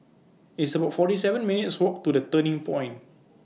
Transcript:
It's about forty seven minutes' Walk to The Turning Point